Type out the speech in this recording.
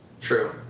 True